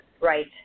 Right